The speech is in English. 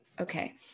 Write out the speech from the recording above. okay